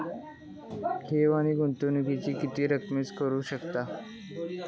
ठेव आणि गुंतवणूकी किती रकमेपर्यंत करू शकतव?